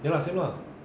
ya lah same lah